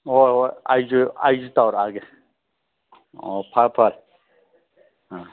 ꯍꯣꯏ ꯍꯣꯏ ꯑꯩꯁꯨ ꯑꯩꯁꯨ ꯇꯧꯔꯛꯑꯒꯦ ꯑꯣ ꯐꯔꯦ ꯐꯔꯦ ꯑꯪ